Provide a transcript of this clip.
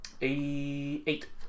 Eight